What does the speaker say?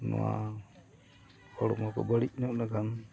ᱱᱚᱣᱟ ᱦᱚᱲᱢᱚ ᱠᱚ ᱵᱟᱹᱲᱤᱡ ᱧᱚᱜ ᱞᱮᱱᱠᱷᱟᱱ